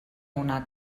una